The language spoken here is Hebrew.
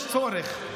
כשיש צורך,